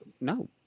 No